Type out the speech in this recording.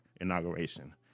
inauguration